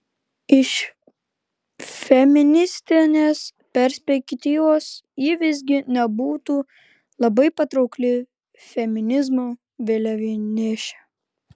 iš feministinės perspektyvos ji visgi nebūtų labai patraukli feminizmo vėliavnešė